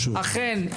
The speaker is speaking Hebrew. אכן,